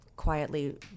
quietly